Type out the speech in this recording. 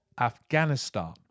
Afghanistan